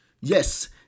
Yes